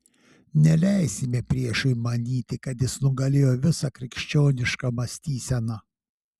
neleisime priešui manyti kad jis nugalėjo visą krikščionišką mąstyseną